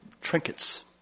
trinkets